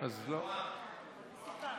את צריכה